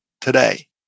today